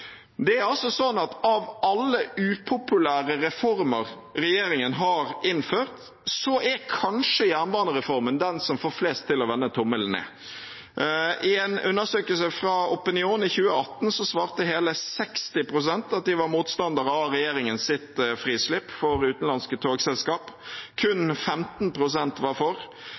Av alle upopulære reformer regjeringen har innført, er kanskje jernbanereformen den som får flest til å vende tommelen ned. I en undersøkelse fra Opinion i 2018 svarte hele 60 pst. at de var motstandere av regjeringens frislipp for utenlandske togselskap. Kun 15 pst. var for.